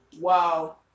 Wow